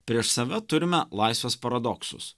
prieš save turime laisvės paradoksus